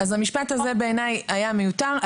בעיני המשפט הזה היה מיותר.